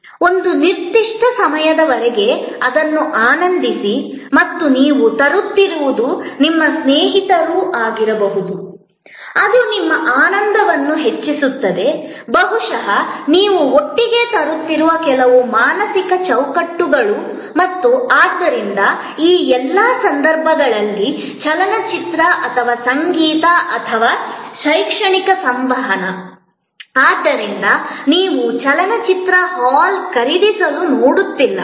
ಒಂದು ನಿರ್ದಿಷ್ಟ ಸಮಯದವರೆಗೆ ಅದನ್ನು ಆನಂದಿಸಿ ಮತ್ತು ನೀವು ತರುತ್ತಿರುವುದು ನಿಮ್ಮ ಸ್ನೇಹಿತರೂ ಆಗಿರಬಹುದು ಅದು ನಿಮ್ಮ ಆನಂದವನ್ನು ಹೆಚ್ಚಿಸುತ್ತದೆ ಬಹುಶಃ ನೀವು ಒಟ್ಟಿಗೆ ತರುತ್ತಿರುವ ಕೆಲವು ಮಾನಸಿಕ ಚೌಕಟ್ಟುಗಳು ಮತ್ತು ಆದ್ದರಿಂದ ಈ ಎಲ್ಲಾ ಸಂದರ್ಭಗಳಲ್ಲಿ ಚಲನಚಿತ್ರ ಅಥವಾ ಸಂಗೀತ ಅಥವಾ ಶೈಕ್ಷಣಿಕ ಸಂವಹನ ಆದ್ದರಿಂದ ನೀವು ಚಲನಚಿತ್ರ ಹಾಲ್ ಖರೀದಿಸಲು ನೋಡುತ್ತಿಲ್ಲ